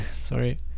sorry